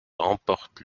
remporte